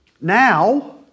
now